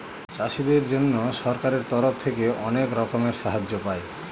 চাষীদের জন্য সরকারের তরফ থেকে অনেক রকমের সাহায্য পায়